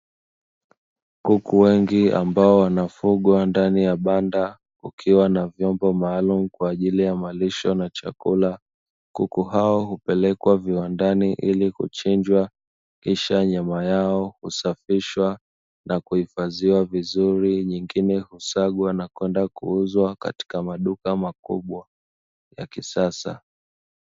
Kuku wengi ambao wanafungwa ndani ya banda, kukiwa na vyombo maalumu kwa ajili ya malisho na chakula; kuku hao upelekwa viwandani ili kuchinjwa kisha nyama yao usafishwa na kuhifadhiwa vizuri nyingine usagwa na kwenda kuuzwa katika maduka makubwa ya kisasa.